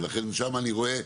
ולכן שם אני רואה,